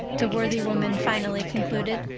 the worthy woman finally concluded.